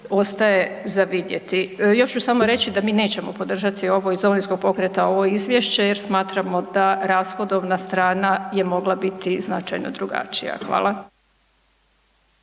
ostaje za vidjeti. Još ću samo reći da mi nećemo podržati ovo, iz Domovinskog pokreta, ovo izvješće jer smatramo da rashodovna strana je mogla biti značajno drugačija. Hvala.